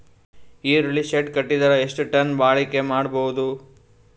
ಈರುಳ್ಳಿ ಶೆಡ್ ಕಟ್ಟಿದರ ಎಷ್ಟು ಟನ್ ಬಾಳಿಕೆ ಮಾಡಬಹುದು?